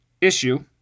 issue